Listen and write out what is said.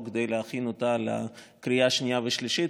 כדי להכין אותה לקריאה שנייה ושלישית,